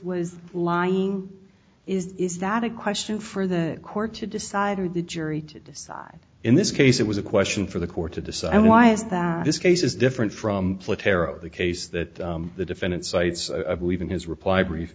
was lying is is that a question for the court to decide or the jury to decide in this case it was a question for the court to decide and why is that this case is different from the case that the defendant cites i believe in his reply brief